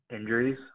injuries